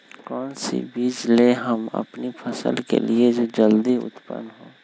कौन सी बीज ले हम अपनी फसल के लिए जो जल्दी उत्पन हो?